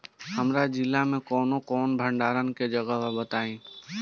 हमरा जिला मे कवन कवन भंडारन के जगहबा पता बताईं?